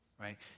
right